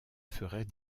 ferait